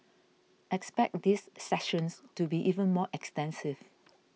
expect these sessions to be even more extensive